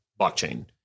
blockchain